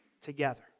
together